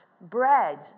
bread